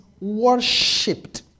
worshipped